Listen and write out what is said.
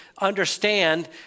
understand